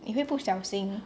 你会不小心